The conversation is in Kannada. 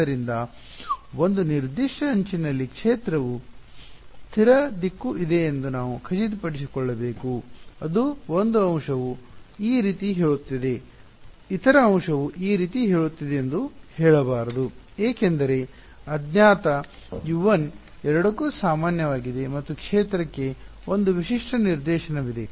ಆದ್ದರಿಂದ ಒಂದು ನಿರ್ದಿಷ್ಟ ಅಂಚಿನಲ್ಲಿ ಕ್ಷೇತ್ರದ ಸ್ಥಿರ ದಿಕ್ಕು ಇದೆ ಎಂದು ನಾವು ಖಚಿತಪಡಿಸಿಕೊಳ್ಳಬೇಕು ಅದು 1 ಅಂಶವು ಈ ರೀತಿ ಹೇಳುತ್ತಿದೆ ಇತರ ಅಂಶವು ಈ ರೀತಿ ಹೇಳುತ್ತಿದೆ ಎಂದು ಹೇಳಬಾರದು ಏಕೆಂದರೆ ಅಜ್ಞಾತ U1 ಎರಡಕ್ಕೂ ಸಾಮಾನ್ಯವಾಗಿದೆ ಮತ್ತು ಕ್ಷೇತ್ರಕ್ಕೆ ಒಂದು ವಿಶಿಷ್ಟ ನಿರ್ದೇಶನವಿದೆ